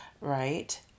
right